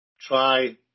try